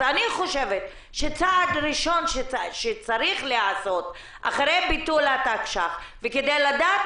אני חושבת שצעד ראשון שצריך להיעשות אחרי ביטול התקש"ח וכדי לדעת